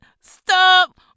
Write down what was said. Stop